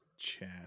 Chat